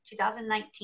2019